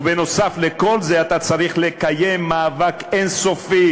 ובנוסף לכל זה אתה צריך לקיים מאבק אין-סופי